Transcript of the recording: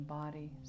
body